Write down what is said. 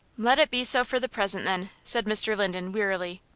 let it be so for the present, then, said mr. linden, wearily.